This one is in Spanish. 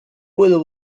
puedo